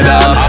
up